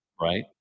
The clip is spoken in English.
right